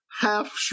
half